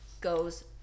goes